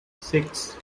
six